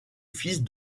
fils